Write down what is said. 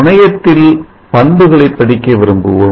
முனையத்தில் பண்புகளை படிக்க விரும்புவோம்